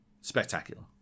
spectacular